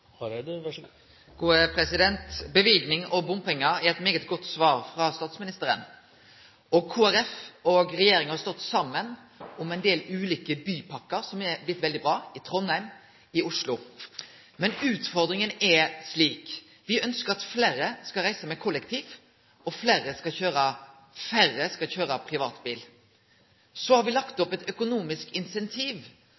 Hareide – til oppfølgingsspørsmål. Løyvingar og bompengar er eit veldig godt svar frå statsministeren. Kristeleg Folkeparti og regjeringa har stått saman om ein del ulike bypakker som er blitt veldig bra – i Trondheim og i Oslo. Men utfordringa er slik: Me ønskjer at fleire skal reise kollektivt, og at færre skal kjøre privatbil. Så har me lagt